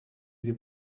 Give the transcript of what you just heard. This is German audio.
sie